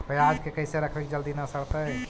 पयाज के कैसे रखबै कि जल्दी न सड़तै?